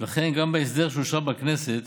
ולכן גם בהסדר שאושר בכנסת